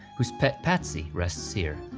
whose pet patsy rests here.